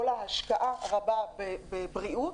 כל ההשקעה הרבה בבריאות